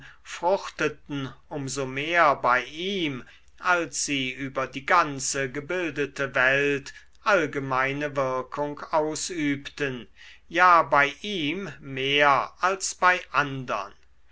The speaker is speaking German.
fruchteten um so mehr bei ihm als sie über die ganze gebildete welt allgemeine wirkung ausübten ja bei ihm mehr als bei andern